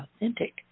authentic